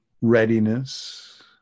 readiness